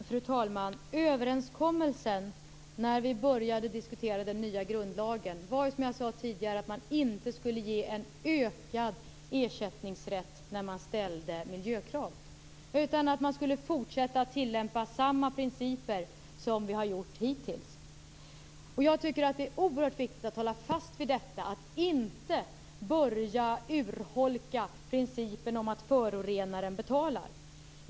Fru talman! Överenskommelsen när vi började diskutera den nya grundlagen var ju, som jag sade tidigare, att man inte skulle ge en ökad ersättningsrätt när man ställde miljökrav. Man skulle fortsätta att tillämpa samma principer som vi har gjort hittills. Jag tycker att det är oerhört viktigt att hålla fast vid detta och inte börja urholka principen om att förorenaren betalar.